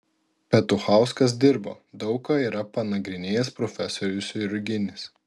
petuchauskas dirbo daug ką yra panagrinėjęs profesorius jurginis